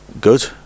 good